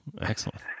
excellent